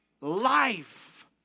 life